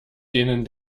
denen